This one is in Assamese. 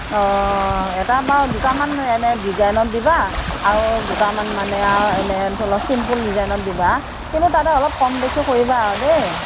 অ এটা বাৰু দুটামান এনে ডিজাইনত দিবা আৰু দুটামান মানে আৰু এনে ধৰি ল' চিম্পুল ডিজাইনত দিবা কিন্তু তাতে অলপ কম বেছি কৰিবা আৰু দেই